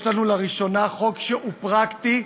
יש לנו לראשונה חוק שהוא פרקטי,